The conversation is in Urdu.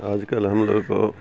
آج کل ہم لوگ کو